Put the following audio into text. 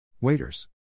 Waiters